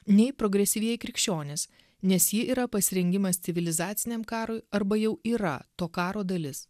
nei progresyvieji krikščionys nes ji yra pasirengimas civilizaciniam karui arba jau yra to karo dalis